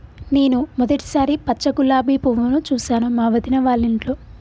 నేను మొదటిసారి పచ్చ గులాబీ పువ్వును చూసాను మా వదిన వాళ్ళింట్లో